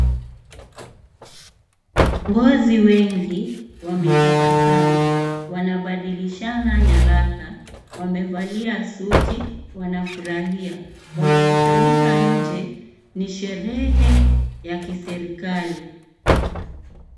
Viongozi wengi wametabasamu. Wanabadilishana nyaraka wamevalia suti wanafurahia. Wamekusanyika nje ni sherehe ya kiserikali.